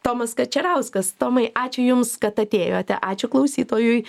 tomas kačerauskas tomai ačiū jums kad atėjote ačiū klausytojui